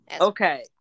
Okay